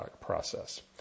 process